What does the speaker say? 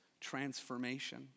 transformation